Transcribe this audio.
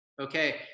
okay